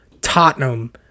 Tottenham